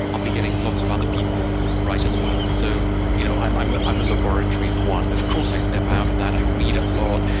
i'll be getting lots of other people right as well. so you know i'm i'm a laboratory of one. of course, i step out of that. i read a lot.